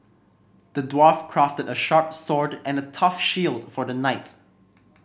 the dwarf crafted a sharp sword and a tough shield for the knights